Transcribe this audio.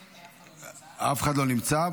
אף אחד לא נמצא,